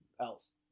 else